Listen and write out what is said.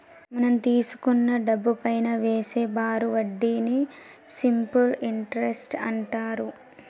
మనం తీసుకున్న డబ్బుపైనా వేసే బారు వడ్డీని సింపుల్ ఇంటరెస్ట్ అంటారు